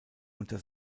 unter